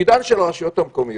העורף.